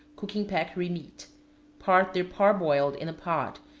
cooking peccari meat part they parboiled in a pot,